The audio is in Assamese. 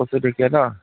কচু ঢেঁকীয়া ন